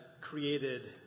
created